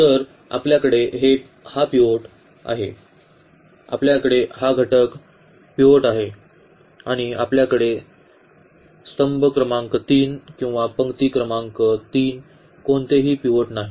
तर आपल्याकडे हा पिव्होट आहे आपल्याकडे हा घटक पिव्होट आहे आणि आता आपल्याकडे स्तंभ क्रमांक 3 किंवा पंक्ती क्रमांक 3 कोणतेही पिव्होट नाही